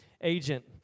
agent